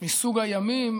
מסוג הימים